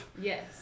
Yes